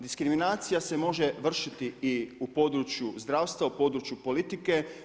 Diskriminacija se može vršiti i u području zdravstva, u području politike.